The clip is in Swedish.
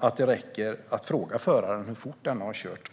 och där det räcker att fråga föraren hur fort denne har kört.